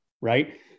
right